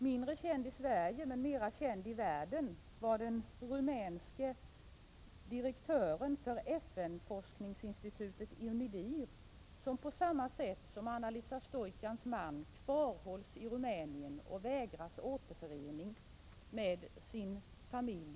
Mindre känd i Sverige men mera känd i världen är den rumänske direktören för FN-forskningsinstitutet UNIDIR, som på samma sätt som Anna-Lisa Stoicans man kvarhålls i Rumänien och vägras återförening med sin familj.